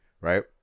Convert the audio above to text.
right